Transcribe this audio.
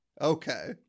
Okay